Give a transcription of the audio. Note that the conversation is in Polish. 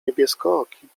niebieskooki